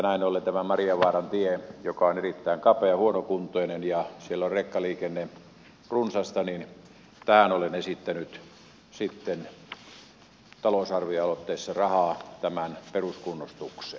näin ollen olen esittänyt talousarvioaloitteessa rahaa tämän marjavaarantien joka on erittäin kapea ja huonokuntoinen ja siellä on rekkaliikenne runsasta peruskunnostukseen